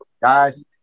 Guys